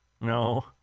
No